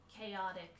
chaotic